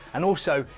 and also,